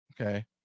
Okay